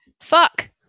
Fuck